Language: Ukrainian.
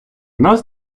нас